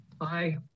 Aye